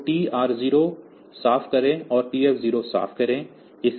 तो TR0 साफ़ करें और TF0 साफ़ करें